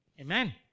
Amen